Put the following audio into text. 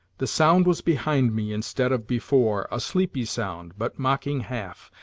the sound was behind me instead of before, a sleepy sound, but mocking half,